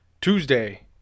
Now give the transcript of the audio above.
Tuesday